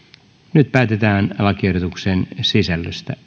nyt päätetään lakiehdotuksen sisällöstä